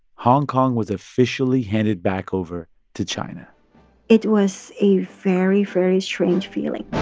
hong kong was officially handed back over to china it was a very, very strange feeling